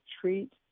treat